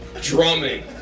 drumming